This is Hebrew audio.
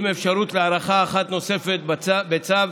עם אפשרות להארכה אחת נוספת בצו,